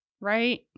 right